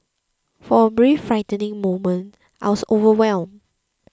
for a brief frightening moment I was overwhelmed